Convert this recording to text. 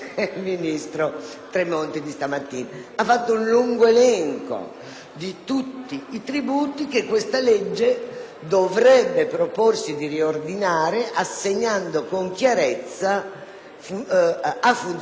di tutti i tributi che questa legge dovrebbe proporsi di riordinare, assegnando con chiarezza, a funzioni diverse e istituzioni diverse, tributi diversi.